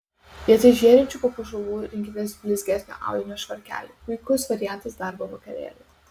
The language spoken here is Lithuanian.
vietoj žėrinčių papuošalų rinkitės blizgesnio audinio švarkelį puikus variantas darbo vakarėliui